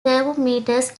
thermometers